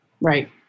Right